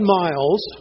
miles